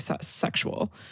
sexual